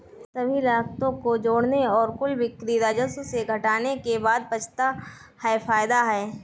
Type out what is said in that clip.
सभी लागतों को जोड़ने और कुल बिक्री राजस्व से घटाने के बाद बचता है फायदा है